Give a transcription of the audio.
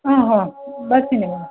ಹಾಂ ಹಾಂ ಬರ್ತಿನಿ ಮೇಡಮ್